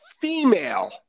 female